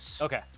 Okay